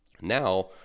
now